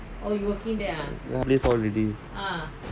all already